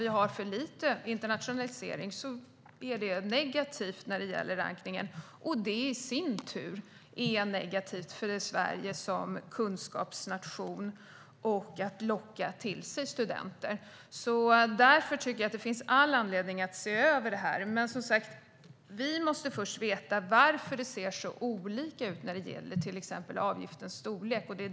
För lite internationalisering är negativt för rankningen, och det är i sin tur negativt för Sverige som kunskapsnation och när det gäller att locka till sig studenter. Därför finns det all anledning att se över detta. Först måste vi dock veta varför det ser så olika ut när det gäller till exempel avgiftens storlek.